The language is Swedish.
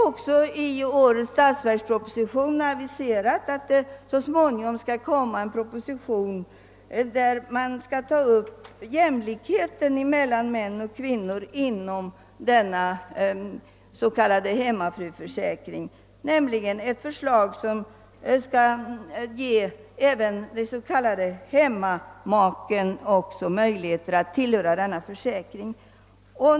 Av årets statsverksproposition framgår att i en kommande proposition skall behandlas jämlikhetsfrågan för män och kvinnor inom den s.k. hemmafruförsäkringen, varvid även den s.k. hemmamaken skall ges möjlighet att tillhöra denna försäkring.